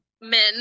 men